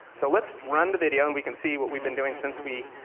so let's run the video, and we can see what we've been doing since we,